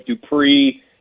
Dupree